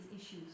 issues